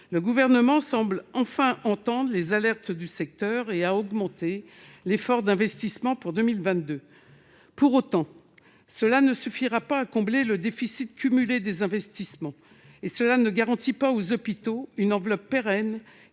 Le Gouvernement, semblant enfin entendre les alertes du secteur, a accru l'effort d'investissement pour 2022. Cela ne suffira pas pour autant à combler le déficit cumulé des investissements et ne garantit pas aux hôpitaux une enveloppe pérenne,